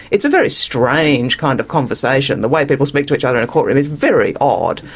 it's a very strange kind of conversation. the way people speak to each other in a courtroom is very odd.